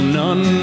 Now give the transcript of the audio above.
none